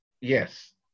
Yes